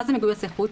מה זה מגויסי חוץ?